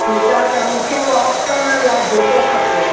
जूता त मूंखे वॉक करण लाइ जूतो खपे